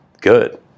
good